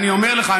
אני אומר לך,